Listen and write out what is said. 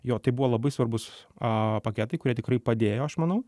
jo tai buvo labai svarbūs a paketai kurie tikrai padėjo aš manau